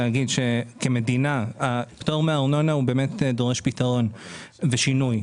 להגיד שכמדינה הפטור מארנונה דורש פתרון ושינוי,